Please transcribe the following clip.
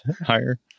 higher